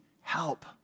help